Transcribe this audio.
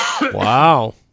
Wow